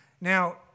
Now